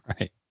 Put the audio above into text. Right